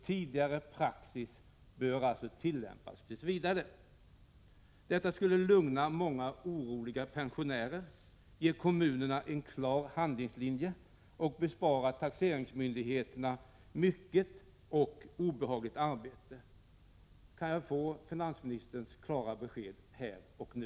Tidigare praxis bör alltså tillämpas tills vidare. Detta skulle lugna många oroliga pensionärer, ge kommunerna en klar handlingslinje och bespara taxeringsmyndigheterna mycket och obehagligt arbete. Kan jag få finansministerns klara besked här och nu?